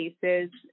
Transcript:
cases